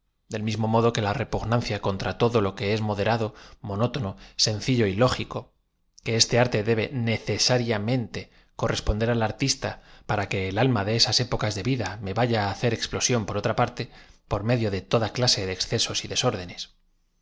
del mismo modo que la repugnancia contra todo lo que es moóerado monótono sencillo y lógico que este arte debe necesariamente corresponder al artista p ara que el alma de esas épocas de vida me v a y a á hacer expío sión por otra parte por medio de toda clase de exce sos y desórdenes